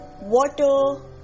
water